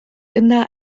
dyna